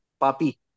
papi